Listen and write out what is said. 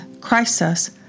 crisis